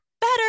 Better